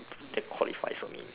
that qualifies for me